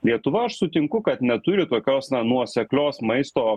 lietuva aš sutinku kad neturi tokios nuoseklios maisto